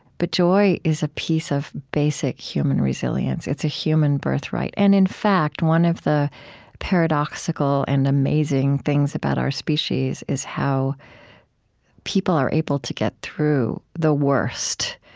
but joy is a piece of basic human resilience. it's a human birthright. and in fact, one of the paradoxical and amazing things about our species is how people are able to get through the worst,